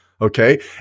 Okay